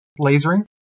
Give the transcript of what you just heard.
lasering